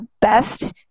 best